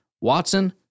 Watson